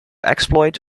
exploit